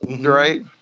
Right